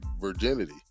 virginity